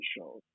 shows